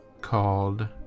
called